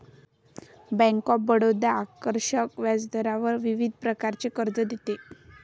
bank of Baroda आकर्षक व्याजदरावर विविध प्रकारचे कर्ज देते